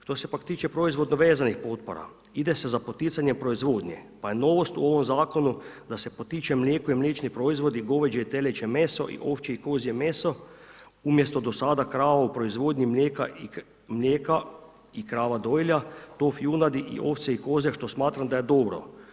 Što se pak tiče proizvodno vezanih potpora, ide se za poticanjem proizvodnje pa je novost u ovom zakonu da se potiče mlijeko i mliječni proizvodi, goveđe i teleće meso i ovčje i kozje meso umjesto do sada krava u proizvodnji mlijeka i krava dojilja, ... i ovce i koze što smatram da je dobro.